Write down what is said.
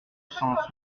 sens